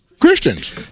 Christians